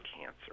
cancer